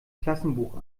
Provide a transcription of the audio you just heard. klassenbuch